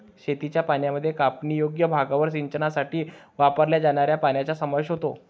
शेतीच्या पाण्यामध्ये कापणीयोग्य भागावर सिंचनासाठी वापरल्या जाणाऱ्या पाण्याचा समावेश होतो